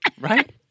Right